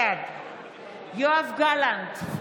בעד יואב גלנט,